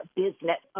business